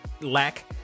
lack